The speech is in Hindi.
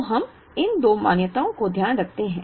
तो हम इन दो मान्यताओं का ध्यान रखते हैं